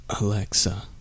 Alexa